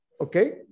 okay